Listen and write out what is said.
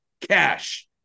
cash